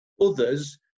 others